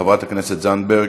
חברת הכנסת זנדברג,